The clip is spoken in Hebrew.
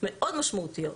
מאוד משמעותיות.